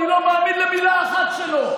אני לא מאמין למילה אחת שלו.